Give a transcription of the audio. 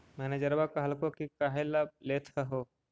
मैनेजरवा कहलको कि काहेला लेथ हहो?